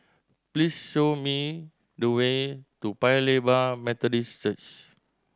please show me the way to Paya Lebar Methodist Church